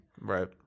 Right